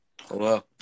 Hello